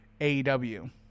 AEW